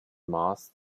mars